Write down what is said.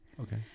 okay